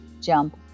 jump